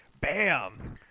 Bam